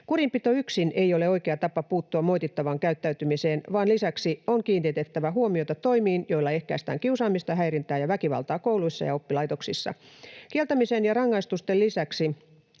Kurinpito yksin ei ole oikea tapa puuttua moitittavaan käyttäytymiseen, vaan lisäksi on kiinnitettävä huomiota toimiin, joilla ehkäistään kiusaamista, häirintää ja väkivaltaa kouluissa ja oppilaitoksissa. Kieltämisen ja rangaistusten lisäksi